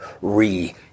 re